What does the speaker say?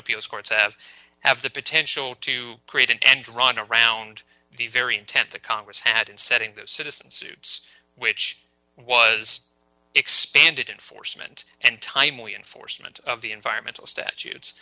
appeals courts have have the potential to create an end run around the very intent the congress had in setting those citizens which was expanded in force and timely enforcement of the environmental statutes